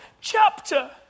chapter